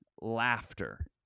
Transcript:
laughter